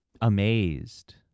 amazed